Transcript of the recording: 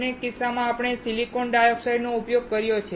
બંને કિસ્સાઓમાં આપણે સિલિકોન ડાયોક્સાઇડનો ઉપયોગ કર્યો છે